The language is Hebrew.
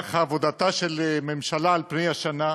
במהלך עבודתה של ממשלה על פני השנה,